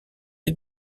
est